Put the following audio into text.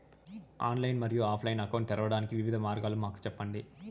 Online మరియు offline account తెరవడానికి వివిధ మార్గాలు మాకు సెప్పండి?